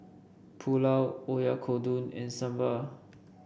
Pulao Oyakodon and Sambar